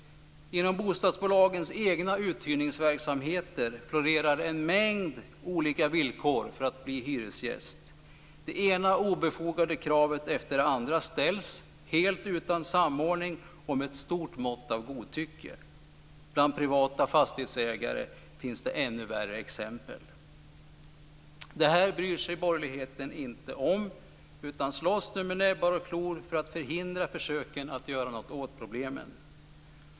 Inom bostadsbolagens egna uthyrningsverksamheter florerar en mängd olika villkor för den som vill bli hyresgäst. Det ena obefogade kravet efter det andra ställs, helt utan samordning och med ett stort mått av godtycke. Bland privata fastighetsägare finns det ännu värre exempel. Det här bryr sig borgerligheten inte om, utan den slåss nu med näbbar och klor för att förhindra försöken att göra något åt problemen.